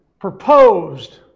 proposed